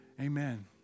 Amen